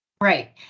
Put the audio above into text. Right